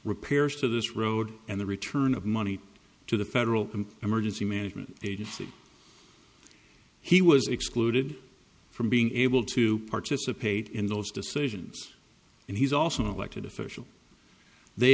repairs to this road and the return of money to the federal emergency management agency he was excluded from being able to participate in those decisions and he's also an elected official they